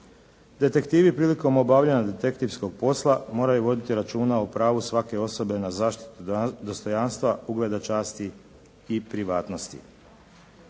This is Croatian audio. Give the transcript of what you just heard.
Detektivi prilikom obavljanja detektivskog posla moraju voditi računa o pravu svake osobe na zaštitu dostojanstva, ugleda, časti i privatnosti.